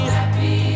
happy